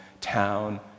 town